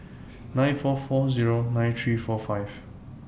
nine four four Zero nine three four five